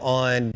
on